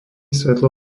svetlo